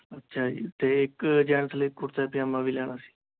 ਅੱਛਾ ਜੀ ਅਤੇ ਇੱਕ ਜੈਨਟਸ ਲਈ ਕੁੜਤਾ ਪਜਾਮਾ ਵੀ ਲੈਣਾ ਸੀ